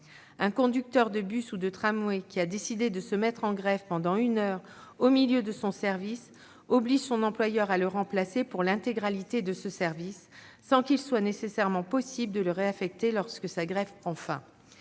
Un conducteur de bus ou de tramway qui a décidé de se mettre en grève pendant une heure au milieu de son service oblige son employeur à le remplacer pour l'intégralité de ce service, sans qu'il soit nécessairement possible de le réaffecter lorsque sa grève prend fin.